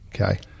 Okay